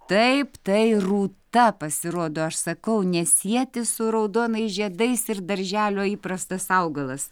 taip tai rūta pasirodo aš sakau nesieti su raudonais žiedais ir darželio įprastas augalas